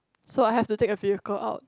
so I have to take a period go out